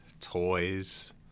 toys